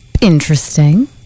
interesting